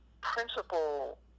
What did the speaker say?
principal